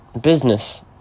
business